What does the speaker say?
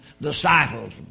disciples